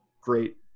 great